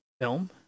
film